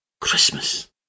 Christmas